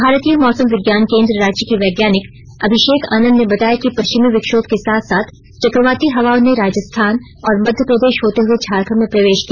भारतीय मौसम विज्ञान केंद्र रांची के वैज्ञानिक अभिषेक आनंद ने बताया कि पश्चिमी विक्षोम के साथ साथ चक्रवाती हवाओं ने राजस्थान और मध्यप्रदेश होते हए झारखंड में प्रवेष किया